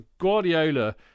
Guardiola